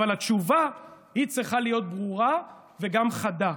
אבל התשובה צריכה להיות ברורה וגם חדה: